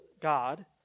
God